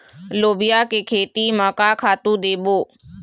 लोबिया के खेती म का खातू देबो?